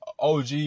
OG